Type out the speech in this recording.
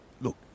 look